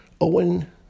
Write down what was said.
Owen